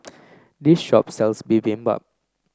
this shop sells Bibimbap